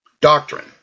Doctrine